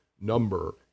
number